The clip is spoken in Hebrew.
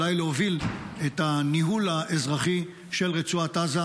ואולי להוביל את הניהול האזרחי של רצועת עזה,